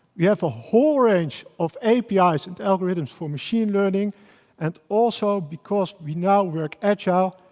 we have a whole range of apis and algorithms for machine learning and also because we now work agile,